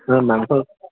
অঁ মাংস